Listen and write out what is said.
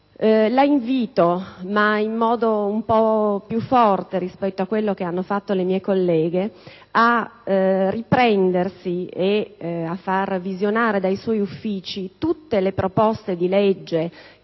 La invito, ma in modo un po' più forte rispetto a come hanno fatto le mie colleghe, ad analizzare e a far visionare dai suoi uffici tutte le proposte di legge